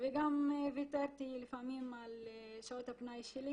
וגם ויתרתי לפעמים על שעות הפנאי שלי